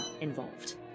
involved